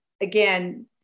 again